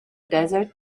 desert